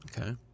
Okay